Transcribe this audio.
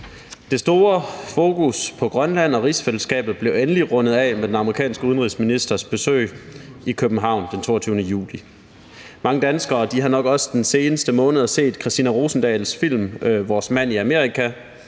Det store fokus på Grønland og rigsfællesskabet blev endeligt rundet af med den amerikanske udenrigsministers besøg i København den 22. juli. Mange danskere har nok også i de seneste måneder set Christina Rosendahls film »Vores mand i Amerika«.